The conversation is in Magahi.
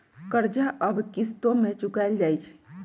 कर्जा अब किश्तो में चुकाएल जाई छई